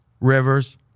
Rivers